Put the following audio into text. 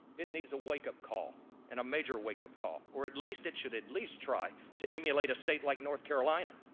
it needs a wake-up call, and a major wake-up call. or at least it should at least try to emulate a state like north carolina,